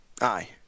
aye